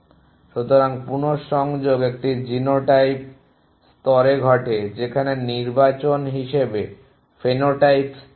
সুতরাং পুনঃসংযোগ একটি জিনোটাইপ স্তরে ঘটে যেখানে নির্বাচন হিসাবে refer time 3728 ফেনোটাইপ স্তরে হয়